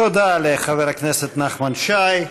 תודה לחבר הכנסת נחמן שי.